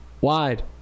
Wide